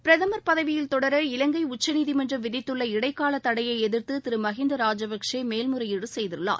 பிரதம் பதவியில் தொடர இலங்கை உச்சநீதிமன்றம் விதித்துள்ள இடைக்கால தடையை எதிா்த்து திரு மஹிந்த ராஜபக்சே மேல்முறையீடு செய்திருக்கிறார்